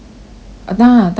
!hanna! 当然 ah